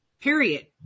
period